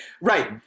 Right